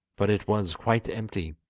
but it was quite empty.